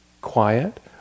quiet